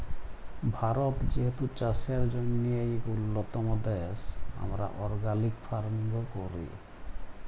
ভারত যেহেতু চাষের জ্যনহে ইক উল্যতম দ্যাশ, আমরা অর্গ্যালিক ফার্মিংও ক্যরি